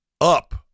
up